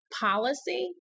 policy